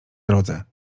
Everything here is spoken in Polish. drodze